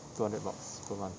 two hundred bucks per month